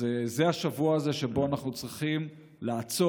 אז זה השבוע הזה שבו אנחנו צריכים לעצור,